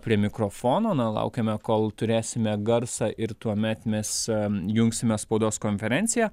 prie mikrofono na laukiame kol turėsime garsą ir tuomet mes jungsime spaudos konferenciją